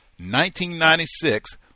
1996